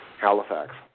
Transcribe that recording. Halifax